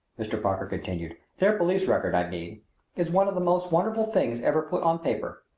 mr. parker continued their police record, i mean is one of the most wonderful things ever put on paper.